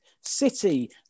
City